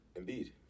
Embiid